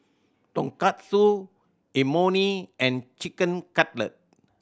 Tonkatsu Imoni and Chicken Cutlet